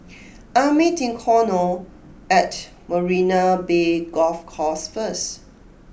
I am meeting Connor at Marina Bay Golf Course first